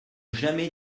jamais